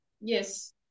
yes